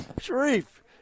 Sharif